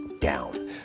down